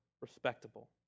respectable